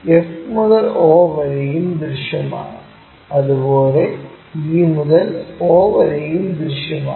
f മുതൽ o വരെയും ദൃശ്യമാണ്അതുപോലെ e മുതൽ o വരെയും ദൃശ്യമാണ്